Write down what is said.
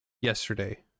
yesterday